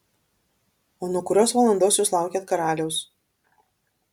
o nuo kurios valandos jūs laukėt karaliaus